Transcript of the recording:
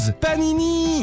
panini